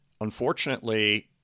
Unfortunately